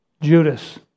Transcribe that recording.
Judas